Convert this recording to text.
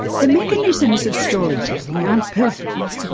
the mechanisms of storytelling aren't perfect,